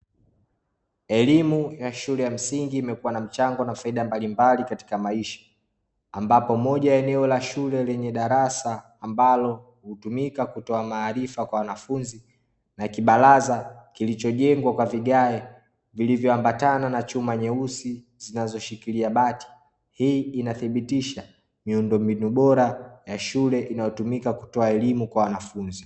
Elimu ya shule ya msingi imekuwa na mchango na faida mbalimbali katika maisha. Ambapo moja ya eneo la shule lenye darasa ambalo hutumika kutoa maarifa kwa wanafunzi, na kibaraza kilichojengwa kwa vigae vilivyoambatana na chuma nyeusi zinazoshikilia bati. Hii inathibitisha miundombinu bora inayotumika katika kutoa elimu kwa wanafunzi.